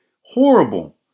horrible